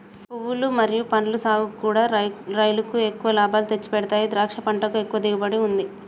పువ్వులు మరియు పండ్ల సాగుకూడా రైలుకు ఎక్కువ లాభాలు తెచ్చిపెడతాయి ద్రాక్ష పంటకు ఎక్కువ దిగుబడి ఉంటది